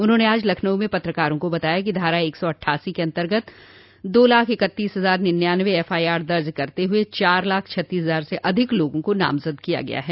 उन्होंने आज लखनऊ में पत्रकारों को बताया कि धारा एक सौ अटठासी के अन्तर्गत दो लाख इकतीस हजार निंयानवे एफआईआर दर्ज करते हुए चार लाख छत्तीस हजार से अधिक लोगों को नामजद किया गया है